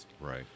Right